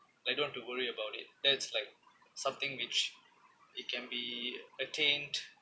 like don't have to worry about it that is like something which it can be attained